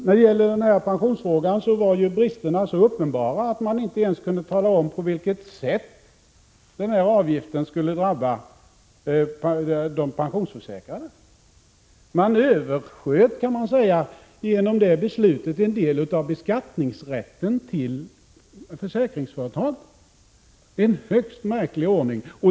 När det gäller pensionsfrågan var bristerna så uppenbara att regeringen inte ens kunde tala om på vilket sätt denna avgift skulle drabba de pensionsförsäkrade. Regeringen översköt genom det beslutet en del av beskattningsrätten till försäkringsföretagen — en högst märklig ordning.